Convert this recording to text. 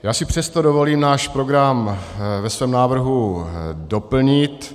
Já si přesto dovolím náš program ve svém návrhu doplnit.